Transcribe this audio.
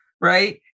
right